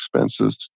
expenses